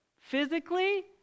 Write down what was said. physically